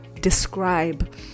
describe